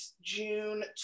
June